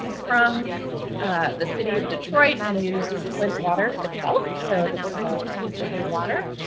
from the city of detroit and use flint water itself, so the flint river water.